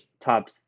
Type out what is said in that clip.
top